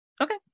Okay